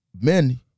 men